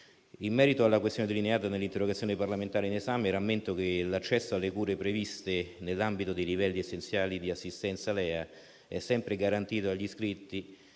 In merito alla questione delineata nell'interrogazione parlamentare in esame, rammento che l'accesso alle cure previste nell'ambito dei Livelli essenziali di assistenza (LEA) è sempre garantito agli assistiti